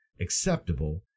acceptable